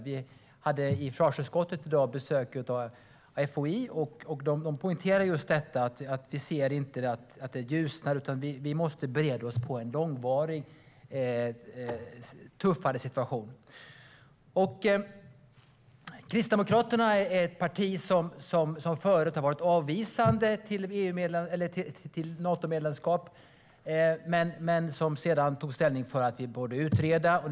Vi hade i försvarsutskottet i dag besök av FOI, och de poängterade att det inte ljusnar utan att vi måste bereda oss på en långvarigt tuffare situation. Kristdemokraterna är ett parti som förut har varit avvisande mot ett Natomedlemskap men som sedan tog ställning för att vi borde utreda frågan.